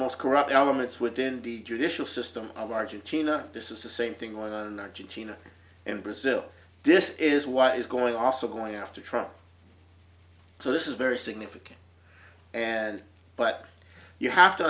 most corrupt elements within the judicial system of argentina this is the same thing with argentina and brazil this is what is going also going after trouble so this is very significant and but you have to